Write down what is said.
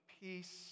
Peace